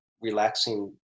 relaxing